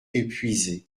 épuisé